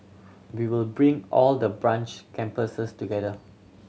we will bring all the branch campuses together